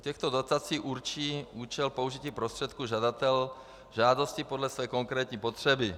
U těchto dotací určí účel použití prostředků žadatel v žádosti podle své konkrétní potřeby.